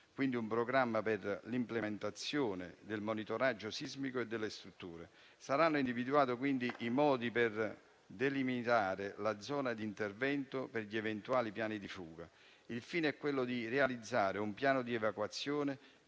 quindi un programma per l'implementazione del monitoraggio sismico e delle strutture. Saranno individuati i modi per delimitare la zona di intervento e gli eventuali piani di fuga. Il fine è quello di realizzare un piano di evacuazione